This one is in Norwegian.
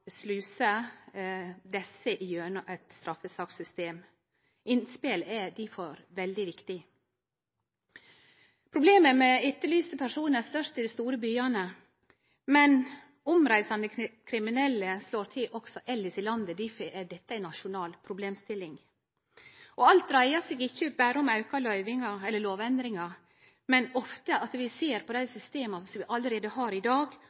sluse desse gjennom eit straffesakssystem. Innspel er difor veldig viktig. Problemet med etterlyste personar er størst i dei store byane, men omreisande kriminelle slår til også elles i landet, og difor er dette ei nasjonal problemstilling. Alt dreier seg ikkje berre om auka løyvingar eller lovendringar, men ofte også om at vi ser på dei systema vi allereie har i dag